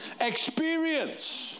Experience